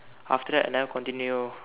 after that I never continue